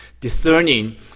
discerning